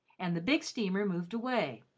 and the big steamer moved away,